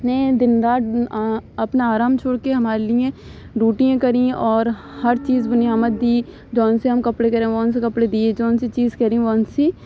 میں دن رات اپنا آرام چھوڑ کے ہمارے لیئیں ڈوٹیاں کریں اور ہر چیز نعمت دی جو ان سے ہم کپڑے سے کپڑے دیے جو ان سی چیز کہہ رہی